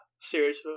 series